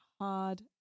hard